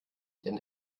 denn